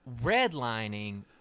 redlining